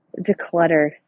declutter